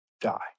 die